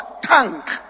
tank